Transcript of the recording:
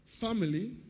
family